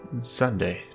Sunday